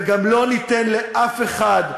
וגם לא ניתן לאף אחד,